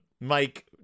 Mike